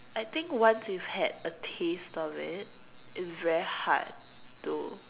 I think once you've had a taste of it it's very hard to